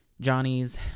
Johnny's